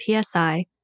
PSI